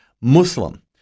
Muslim